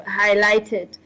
highlighted